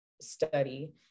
study